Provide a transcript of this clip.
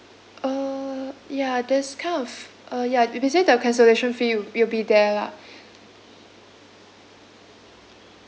uh ya that's kind of uh ya if you say the cancellation fee it'll it'll be there lah